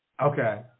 Okay